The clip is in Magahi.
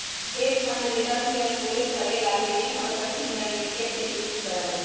हेज फंड रिटर्न के अनुकूलित करे ला विभिन्न और कठिन रणनीतियन के नियुक्त करा हई